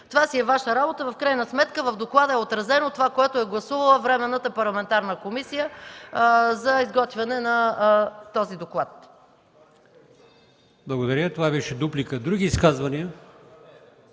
това си е Ваша работа. В крайна сметка в доклада е отразено това, което е гласувала Временната парламентарна комисия за изготвяне на този доклад.